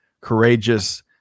courageous